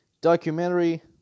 Documentary